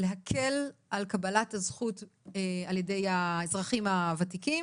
להקל על קבלת הזכות על ידי האזרחים הוותיקים.